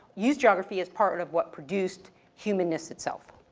used geography as part of what produced humanness itself.